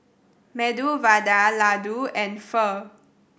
Medu Vada Ladoo and Pho